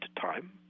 time